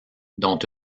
dont